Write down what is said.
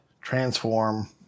transform